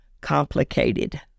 complicated